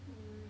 mm